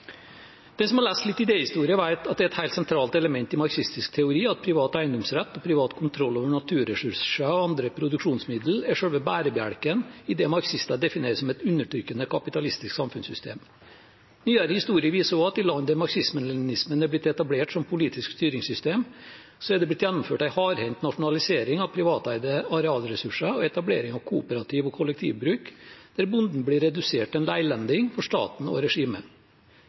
Den som har lest litt idéhistorie, vet at det er et helt sentralt element i marxistisk teori at privat eiendomsrett og privat kontroll over naturressurser og andre produksjonsmiddel er selve bærebjelken i det marxister definerer som et undertrykkende kapitalistisk samfunnssystem. Nyere historie viser også at i land der marxist-leninismen har blitt etablert som politisk styringssystem, er det blitt gjennomført en hardhendt nasjonalisering av privateide arealressurser og etablering av kooperativ og kollektivbruk, der bonden blir redusert til en leilending for staten og regimet.